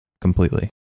completely